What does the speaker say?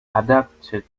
adopted